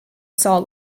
saw